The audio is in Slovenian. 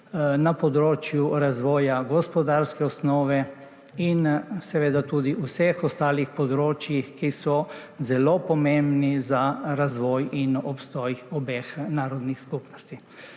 na področju razvoja gospodarske osnove in seveda tudi vseh ostalih področjih, ki so zelo pomembna za razvoj in obstoj obeh narodnih skupnosti.